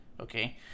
Okay